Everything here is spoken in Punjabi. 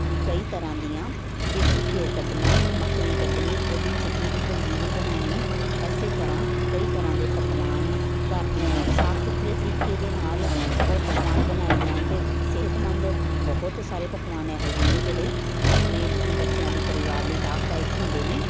ਕਈ ਤਰ੍ਹਾਂ ਦੀਆਂ ਦੇਸੀ ਘਿਓ ਕੱਢਣਾ ਮੱਖਣੀ ਕੱਢਣੀ ਉਹਦੀ ਚਿੱਡੀ ਦੀ ਪੰਜੀਰੀ ਬਣਾਉਣੀ ਐਸੇ ਤਰ੍ਹਾਂ ਕਈ ਤਰ੍ਹਾਂ ਦੇ ਪਕਵਾਨ ਘਰ ਦੀਆਂ ਸਾਫ ਸੁਥਰੇ ਤਰੀਕੇ ਦੇ ਨਾਲ ਬ ਪਕਵਾਨ ਬਣਾਏ ਜਾਣ ਅਤੇ ਸਿਹਤਮੰਦ ਬਹੁਤ ਸਾਰੇ ਪਕਵਾਨ ਇਹੋ ਜਿਹੇ ਨੇ ਜਿਹੜੇ ਆਪਣੇ ਬੱਚਿਆਂ ਲਈ ਪਰਿਵਾਰ ਲਈ ਲਾਭਦਾਇਕ ਹੁੰਦੇ ਨੇ